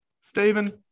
Stephen